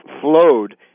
flowed